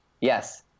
Yes